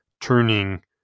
turning